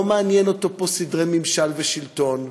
לא מעניינים אותו פה סדרי ממשל ושלטון,